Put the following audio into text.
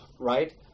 right